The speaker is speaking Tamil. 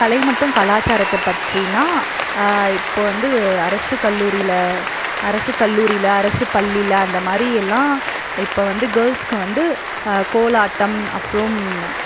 கலை மற்றும் கலாச்சாரத்தை பற்றினா இப்போ வந்து அரசுக் கல்லூரியில் அரசுக் கல்லூரியில் அரசுப் பள்ளியில் அந்த மாரி எல்லாம் இப்போ வந்து கேர்ள்ஸுக்கு வந்து கோலாட்டம் அப்புறம்